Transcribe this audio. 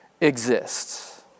exists